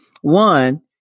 One